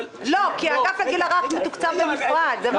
אבל רגע.